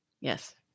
Yes